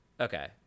Okay